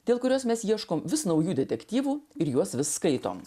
dėl kurios mes ieškome vis naujų detektyvų ir juos vis skaitome